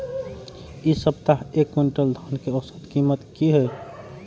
इ सप्ताह एक क्विंटल धान के औसत कीमत की हय?